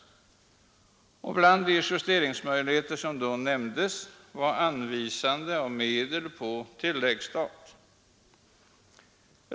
Bland de justeringsmöjligheter som då nämndes var anvisande av medel på tilläggsstat.